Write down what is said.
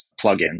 plugin